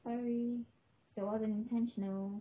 sorry that wasn't intentional